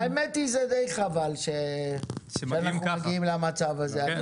האמת היא, זה די חבל שאנחנו מגיעים למצב הזה.